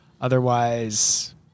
Otherwise